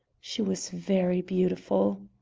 she was very beautiful.